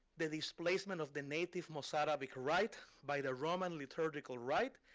the displacement of the native mozarabic right by the roman liturgical right,